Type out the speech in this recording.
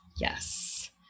Yes